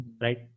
Right